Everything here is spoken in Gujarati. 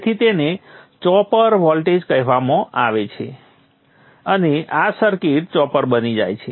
તેથી તેને ચોપર વોલ્ટેજ કહેવામાં આવે છે અને આ સર્કિટ ચોપર બની જાય છે